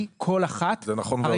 כל אחת --- זה נכון מאוד.